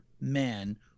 man